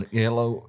yellow